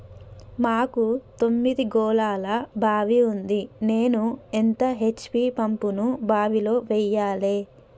మాకు తొమ్మిది గోళాల బావి ఉంది నేను ఎంత హెచ్.పి పంపును బావిలో వెయ్యాలే?